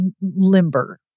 limber